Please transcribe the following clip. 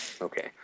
Okay